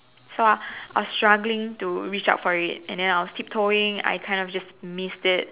so I was struggling to reach out for it and then I was tip toeing I kind of just missed it